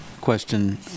question